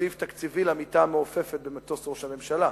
סעיף תקציבי למיטה המעופפת במטוס ראש הממשלה?